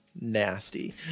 nasty